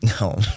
No